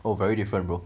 oh very different bro